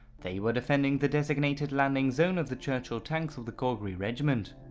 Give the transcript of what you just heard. they were defending the designated landing zone of the churchill tanks of the calgary regiment.